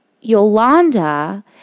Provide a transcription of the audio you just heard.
Yolanda